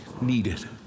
needed